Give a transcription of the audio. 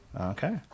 Okay